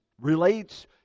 relates